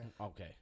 Okay